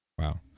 wow